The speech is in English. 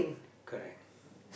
correct